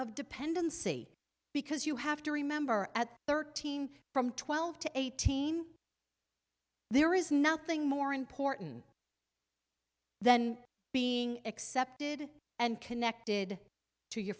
of dependency because you have to remember at thirteen from twelve to eighteen there is nothing more important than being accepted and